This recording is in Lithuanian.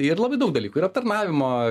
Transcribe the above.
ir labai daug dalykų ir aptarnavimo